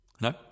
No